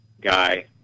guy